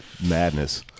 madness